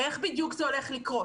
איך בדיוק זה הולך לקרות?